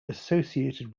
associated